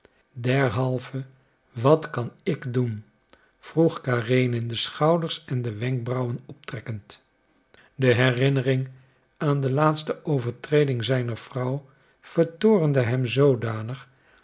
derhalve wat kan ik doen vroeg karenin de schouders en de wenkbrauwen optrekkend de herinnering aan de laatste overtreding zijner vrouw vertoornde hem zoodanig